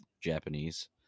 Japanese